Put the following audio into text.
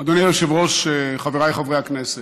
אדוני היושב-ראש, חבריי חברי הכנסת,